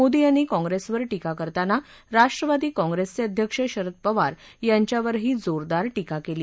मोदी यांनी काँग्रेसवर टीका करताना राष्ट्रवादी काँग्रेसचे अध्यक्ष शरद पवार यांच्यावरही जोरदार टीका केली